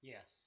Yes